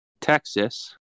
Texas